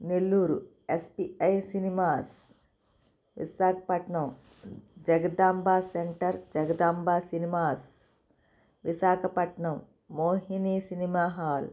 Nellore SPI cinemas Visakhapatnam Jagadamba centre Jagadamba cinemas Visakhapatnam Mohini cinema hall